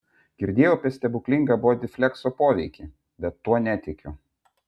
girdėjau apie stebuklinga bodiflekso poveikį bet tuo netikiu